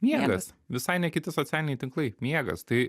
miegas visai ne kiti socialiniai tinklai miegas tai